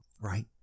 right